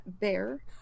Bear